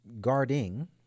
guarding